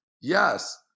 Yes